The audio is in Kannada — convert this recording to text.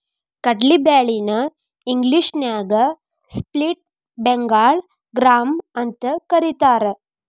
ಕಡ್ಲಿ ಬ್ಯಾಳಿ ನ ಇಂಗ್ಲೇಷನ್ಯಾಗ ಸ್ಪ್ಲಿಟ್ ಬೆಂಗಾಳ್ ಗ್ರಾಂ ಅಂತಕರೇತಾರ